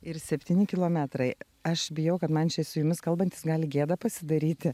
ir septyni kilometrai aš bijau kad man čia su jumis kalbantis gali gėda pasidaryti